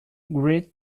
greet